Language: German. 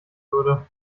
würde